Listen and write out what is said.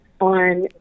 on